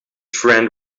friend